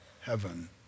heaven